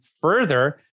further